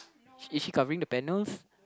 is she covering the panels